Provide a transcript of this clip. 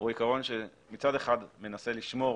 הוא עיקרון שמצד אחד מנסה לשמור